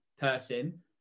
person